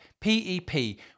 P-E-P